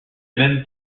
même